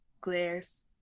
glares